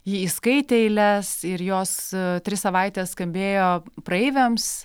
ji įskaitė eiles ir jos tris savaites skambėjo praeiviams